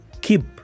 keep